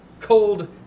cold